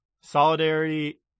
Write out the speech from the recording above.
Solidarity